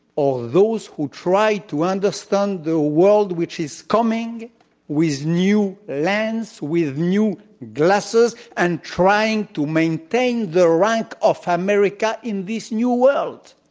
or those who try to understand the world which is coming with a new lens, with new glasses, and trying to maintain the rank of america in this new world?